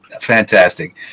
Fantastic